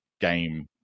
game